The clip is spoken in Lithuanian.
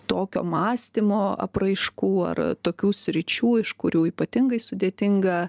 tokio mąstymo apraiškų ar tokių sričių iš kurių ypatingai sudėtinga